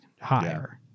higher